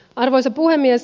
arvoisa puhemies